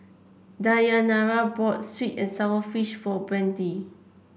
Dayanara bought sweet and sour fish for Brande